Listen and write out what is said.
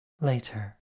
Later